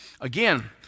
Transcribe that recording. Again